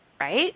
right